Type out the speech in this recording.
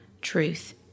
truth